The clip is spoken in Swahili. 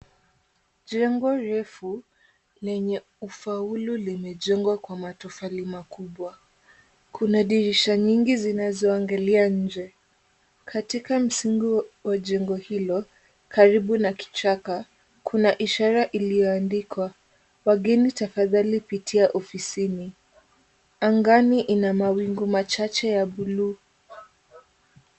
Jengo refu lenye ufaulu limejengwa kwa matofali makubwa. Kuna dirisha nyingi zinazoangalia nje. Katika msingi wa jengo hilo karibu na kichaka, kuna ishara iliyoandikwa wageni tafadhali pitia ofisini. Angani ina mawingu machache ya buluu.